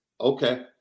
okay